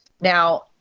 Now